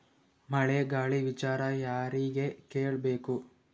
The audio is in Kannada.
ಮಳೆ ಗಾಳಿ ವಿಚಾರ ಯಾರಿಗೆ ಕೇಳ್ ಬೇಕು?